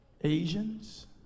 Asians